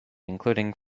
including